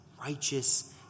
righteous